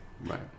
Right